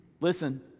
Listen